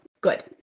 Good